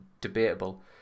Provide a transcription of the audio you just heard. debatable